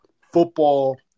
football